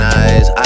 eyes